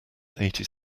eighty